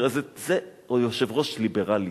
תראה, זה יושב-ראש ליברלי,